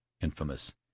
infamous